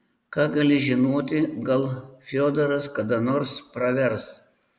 ką gali žinoti gal fiodoras kada nors pravers